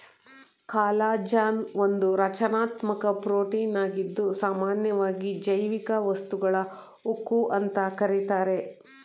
collagen ಒಂದು ರಚನಾತ್ಮಕ ಪ್ರೋಟೀನಾಗಿದ್ದು ಸಾಮನ್ಯವಾಗಿ ಜೈವಿಕ ವಸ್ತುಗಳ ಉಕ್ಕು ಅಂತ ಕರೀತಾರೆ